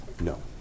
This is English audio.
No